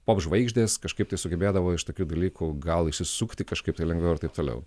pop žvaigždės kažkaip tai sugebėdavo iš tokių dalykų gal išsisukti kažkaip tai lengviau ir taip toliau